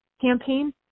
campaign